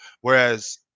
whereas